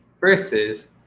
versus